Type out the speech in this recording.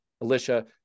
Alicia